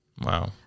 Wow